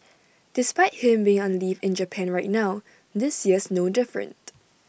despite him being on leave in Japan right now this year's no different